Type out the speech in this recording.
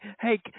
Hey